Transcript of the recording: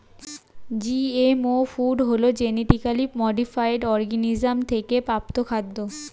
GMO food হলো genetically modified organism থেকে প্রাপ্ত খাদ্য